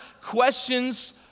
questions